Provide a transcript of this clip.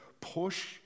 push